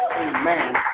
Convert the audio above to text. Amen